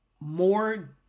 More